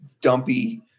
dumpy